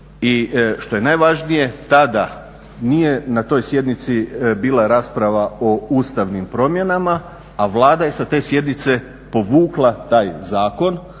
što je najvažnije tada nije na toj sjednici bila rasprava o Ustavnim promjenama, a Vlada je sa te sjednice povukla taj zakon.